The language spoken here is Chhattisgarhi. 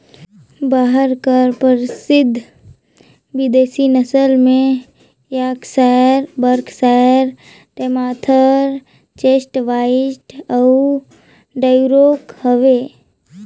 बरहा कर परसिद्ध बिदेसी नसल में Yorkshire, Berkshire, Tamworth, Chester White अउ ड्यूरॉक हवे